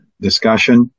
discussion